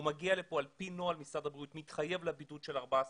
הוא מגיע לפה ע"פ נוהל משרד הבריאות ומתחייב לבדיד של 14 יום.